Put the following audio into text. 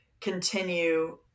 continue